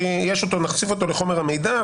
נוסיף אותו לחומר המידע.